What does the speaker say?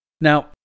Now